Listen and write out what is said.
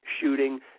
shooting